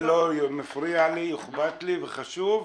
מפריע לי, אכפת לי וחשוב.